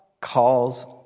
calls